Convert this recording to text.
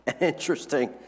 Interesting